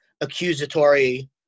accusatory